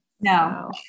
No